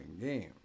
game